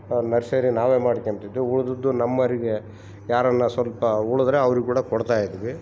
nursery ನಾವೆ ಮಾಡ್ಕೊಂತಿದ್ದು ಉಳಿದದ್ದು ನಮ್ಮೊರಿಗೆ ಯಾರನ್ನು ಸ್ವಲ್ಪ ಉಳಿದ್ರೆ ಅವ್ರಿಗೆ ಕೂಡ ಕೊಡ್ತಾಯಿದ್ವಿ